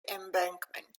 embankment